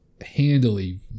handily